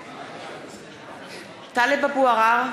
(קוראת בשמות חברי הכנסת) טלב אבו עראר,